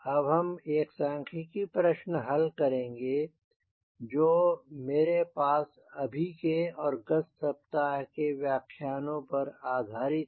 अब हम एक सांख्यकी प्रश्न हल करेंगे जो मेरे अभी के और गत सप्ताह के व्याख्यानों पर आधारित है